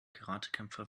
karatekämpfer